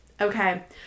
Okay